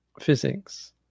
physics